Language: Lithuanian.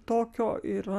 tokio ir